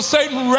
Satan